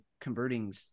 converting